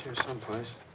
someplace.